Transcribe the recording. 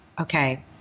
okay